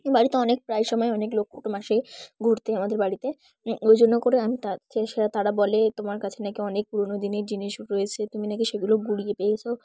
বাড়িতে অনেক প্রায় সময় অনেক লোক কুটুম আসে ঘুরতে আমাদের বাড়িতে ওই জন্য করে আমি আছি তারা বলে তোমার কাছে নাকি অনেক পুরোনো দিনের জিনিস রয়েছে তুমি নাকি সেগুলো ঘুরিয়ে পেয়েছো